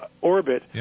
orbit